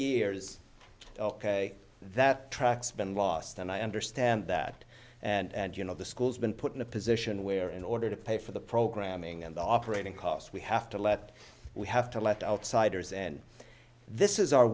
years ok that track's been lost and i understand that and you know the school's been put in a position where in order to pay for the programming and operating costs we have to let we have to let outsiders and this is our